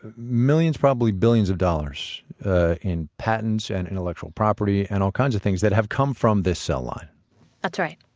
millions probably billions of dollars in patents and intellectual property and all kinds of things that have come from this cell line that's right.